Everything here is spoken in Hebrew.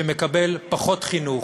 שמקבל פחות חינוך,